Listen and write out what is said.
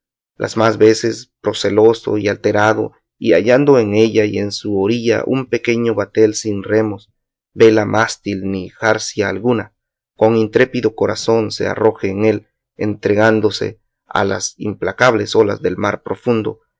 las más veces proceloso y alterado y hallando en ella y en su orilla un pequeño batel sin remos vela mástil ni jarcia alguna con intrépido corazón se arroje en él entregándose a las implacables olas del mar profundo